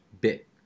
Bit